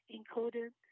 included